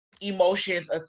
emotions